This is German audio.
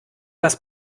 das